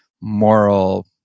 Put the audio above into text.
moral